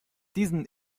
diesen